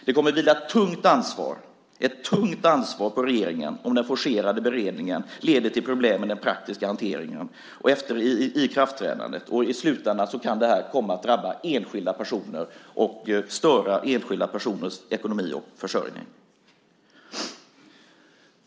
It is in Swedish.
Det kommer att vila ett tungt ansvar på regeringen om den forcerade beredningen leder till problem i den praktiska hanteringen efter ikraftträdandet. I slutändan kan det komma att drabba enskilda personer och störa enskilda personers ekonomi och försörjning.